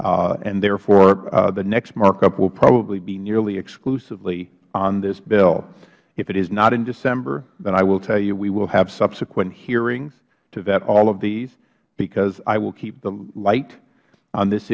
therefore the next markup will probably be nearly exclusively on this bill if it is not in december then i will tell you we will have subsequently hearing to vett all of these because i will keep the light on this